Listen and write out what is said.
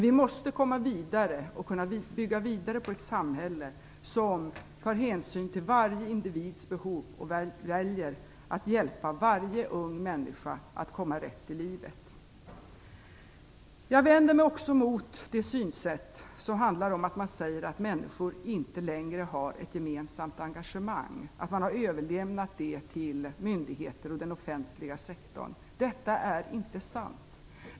Vi måste komma vidare och kunna bygga vidare på ett samhälle som tar hänsyn till varje individs behov och väljer att hjälpa varje ung människa att komma rätt i livet. Jag vänder mig också mot det synsätt som handlar om att människor inte längre har ett gemensamt engagemang, att man har överlämnat det till myndigheter och den offentliga sektorn. Det är inte sant.